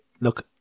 look